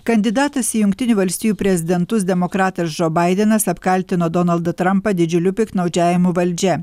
kandidatas į jungtinių valstijų prezidentus demokratas džo baidenas apkaltino donaldą trampą didžiuliu piktnaudžiavimu valdžia